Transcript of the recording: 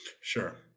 sure